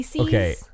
Okay